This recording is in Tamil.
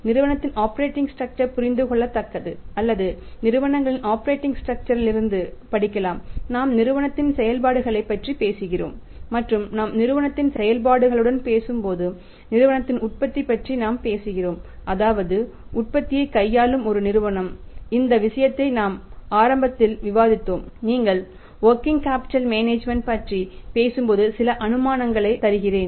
நிறுவனத்தின் ஆப்பரேட்டிங் ஸ்ட்ரக்சர் பற்றிப் பேசும்போது சில அனுமானங்களை தருகிறேன்